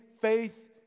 faith